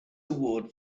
award